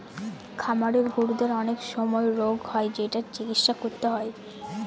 খামারের গরুদের অনেক সময় রোগ হয় যেটার চিকিৎসা করতে হয়